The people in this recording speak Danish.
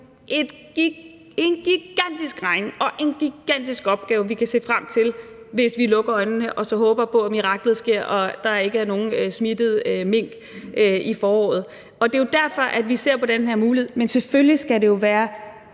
en gigantisk regning og en gigantisk opgave, vi kan se frem til, hvis vi lukker øjnene og så håber på, at miraklet sker, og at der ikke er nogen smittede mink i foråret, og det er jo derfor, at vi ser på den her mulighed. Men selvfølgelig skal det jo være